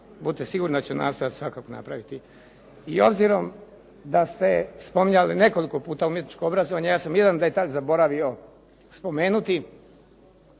budite sigurni da ću nastojati svakako napraviti. I obzirom da ste nekoliko puta spominjali nekoliko puta umjetničko obrazovanje, ja sam jedan detalj zaboravi spomenuti.